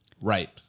Right